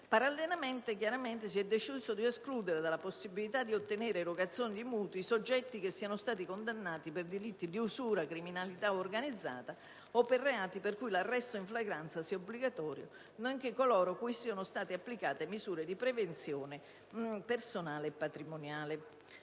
Parallelamente, si è deciso quindi di escludere dalla possibilità di ottenere erogazione di mutui soggetti che siano stati condannati per delitti di usura, criminalità organizzata o reati per i quali l'arresto fragranza sia obbligatorio, nonché coloro cui siano state applicate misure di prevenzione personali o patrimoniali.